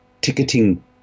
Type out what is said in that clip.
ticketing